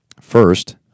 First